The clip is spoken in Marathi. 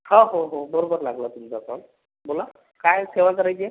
हा हो हो बरोबर लागला तुमचा कॉल बोला काय सेवा करायची आहे